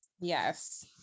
yes